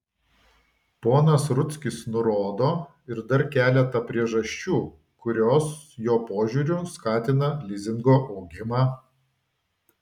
ponas rudzkis nurodo ir dar keletą priežasčių kurios jo požiūriu skatina lizingo augimą